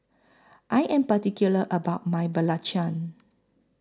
I Am particular about My Belacan